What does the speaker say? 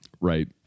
Right